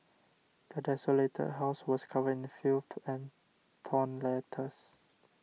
the desolated house was covered in filth and torn letters